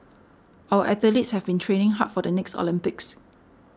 our athletes have been training hard for the next Olympics